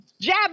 jab